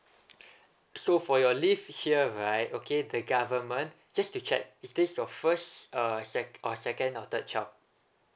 so for your leave here right okay the government just to check is this your first uh sec~ or second or third child